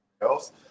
else